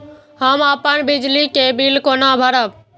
हम अपन बिजली के बिल केना भरब?